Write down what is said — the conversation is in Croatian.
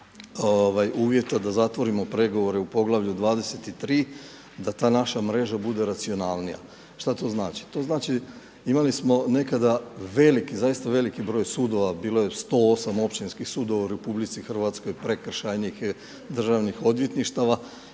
uvjeta da zatvorimo pregovore u poglavlju 23, da ta naša mreža bude racionalnija. Šta to znači? To znači, imali smo nekada veliki, zaista veliki broj sudova, bilo je 108 općinskih sudova u RH, prekršajnih, državnih odvjetništava